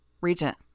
Regent